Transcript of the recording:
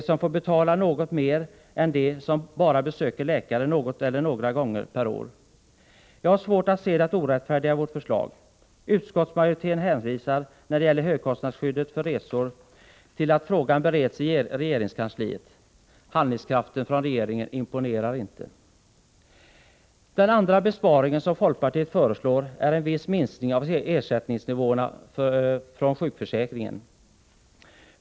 De som får betala något mer är de som besöker läkare bara någon eller några gånger per år. Jag har svårt att se det orättfärdiga i vårt förslag. Utskottsmajoriteten hänvisar när det gäller högkostnadsskyddet för resor till att frågan bereds i regeringskansliet. Handlingskraften från regeringen imponerar inte. Den andra besparing som folkpartiet föreslår är en viss minskning av ersättningsnivåerna från sjukförsäkringen.